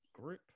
group